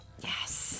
Yes